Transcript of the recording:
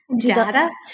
data